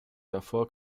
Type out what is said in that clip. davor